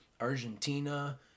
Argentina